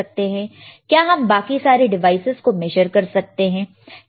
क्या हम बाकी के डिवाइसस को मेजर कर सकते हैं